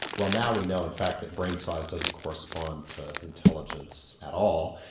well now we know in fact that brain size doesn't correspond to intelligence at all.